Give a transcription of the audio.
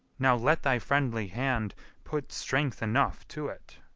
now let thy friendly hand put strength enough to it.